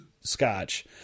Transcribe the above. scotch